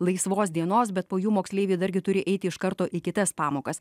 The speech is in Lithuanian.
laisvos dienos bet po jų moksleiviai dargi turi eiti iš karto į kitas pamokas